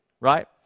right